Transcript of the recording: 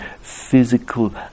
physical